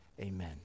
Amen